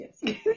yes